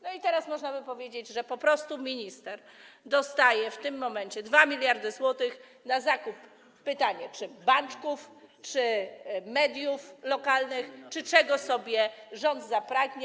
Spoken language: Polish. No i teraz można by powiedzieć, że po prostu minister dostaje w tym momencie 2 mld zł na zakupy - to pytanie - czy banczków, czy mediów lokalnych, czy czego sobie rząd zapragnie.